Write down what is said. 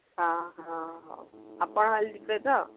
ହଁ ହଁ ହେଉ ଆପଣ ଆଜି ଯିବେ ତ